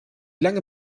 lange